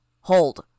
Hold